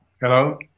Hello